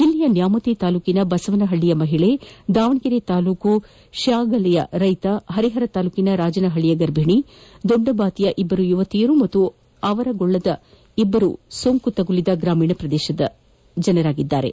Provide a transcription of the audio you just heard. ಜಿಲ್ಲೆಯ ನ್ಯಾಮತಿ ತಾಲ್ಲೂಕಿನ ಬಸವನಹಳ್ಳಿಯ ಮಹಿಳಿ ದಾವಣಗೆರೆ ತಾಲ್ಲೂಕಿನ ಶ್ಯಾಗಲೆಯ ರೈತ ಹರಿಹರ ತಾಲ್ಲೂಕಿನ ರಾಜನಹಳ್ಳಿಯ ಗರ್ಭಿಣಿ ದೊಡ್ಡಬಾತಿಯ ಇಬ್ಬರು ಯುವತಿಯರು ಹಾಗೂ ಅವರಗೊಳ್ಳದ ಇಬ್ಬರು ಸೋಂಕು ತಗುಲಿದ ಗ್ರಾಮೀಣ ಪ್ರದೇಶದವರಾಗಿದ್ದಾರೆ